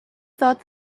thought